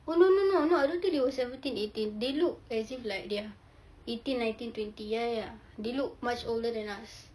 oh no no no no I don't think they was seventeen eighteen they look as if they are eighteen nineteen twenty ya ya ya they look much older than us